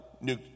new